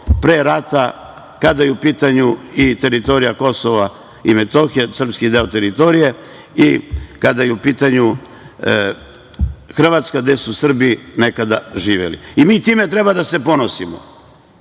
pre rata, kada je u pitanju i teritorija KiM, srpski deo teritorije i kada je u pitanju Hrvatska gde su Srbi nekada živeli. Mi time treba da se ponosimo.